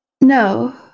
No